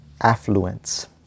affluence